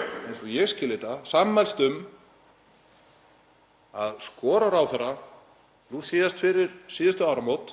eins og ég skil þetta, sammælst um að skora á ráðherra, nú síðast fyrir síðustu áramót,